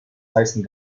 heißen